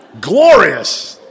Glorious